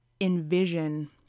envision